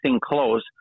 close